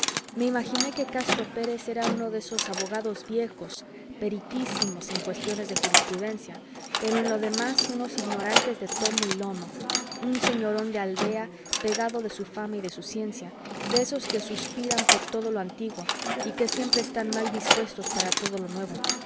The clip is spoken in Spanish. me imaginé que castro pérez era uno de esos abogados viejos peritísimos en cuestiones de jurisprudencia pero en lo demás unos ignorantes de tomo y lomo un señorón de aldea pagado de su fama y de su ciencia de esos que suspiran por todo lo antiguo y que siempre están mal dispuestos para todo lo nuevo